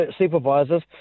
supervisors